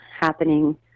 happening